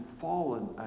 fallen